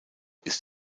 ist